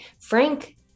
Frank